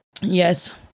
Yes